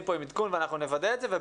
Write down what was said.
ואנחנו נוודא את זה,